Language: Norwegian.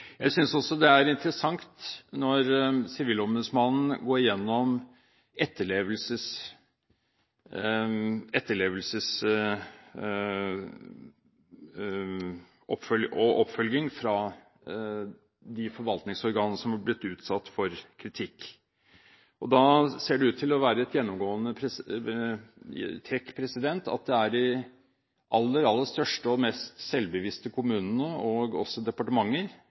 Jeg synes også det er interessant når Sivilombudsmannen går gjennom etterlevelse og oppfølging av de forvaltningsorgan som har blitt utsatt for kritikk, at det da ser ut til å være et gjennomgående trekk at det er de aller største og mest selvbevisste kommunene, og også departementer,